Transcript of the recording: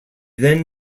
then